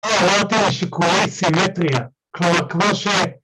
אה, לא, אתה משיקולי סימטריה, כמו ש...